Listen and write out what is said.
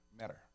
Matter